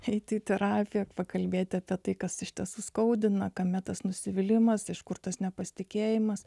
eiti į terapija pakalbėti apie tai kas iš tiesų skaudina kame tas nusivylimas iš kur tas nepasitikėjimas